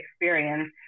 experience